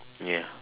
ya